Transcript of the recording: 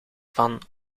van